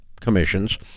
commissions